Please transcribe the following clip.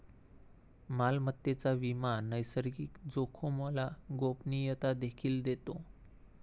मालमत्तेचा विमा नैसर्गिक जोखामोला गोपनीयता देखील देतो